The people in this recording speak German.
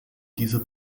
dieser